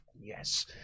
Yes